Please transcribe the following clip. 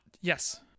yes